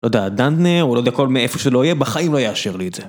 לא יודע, דנקנר או לא יודע כל מאיפה שלא יהיה בחיים לא יאשר לי את זה.